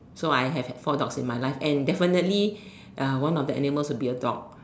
so I have four dogs in my life and definitely one of the animal would be a dog